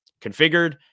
configured